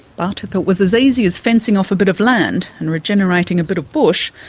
but if it was as easy as fencing off a bit of land and regenerating a bit of bush,